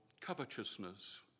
covetousness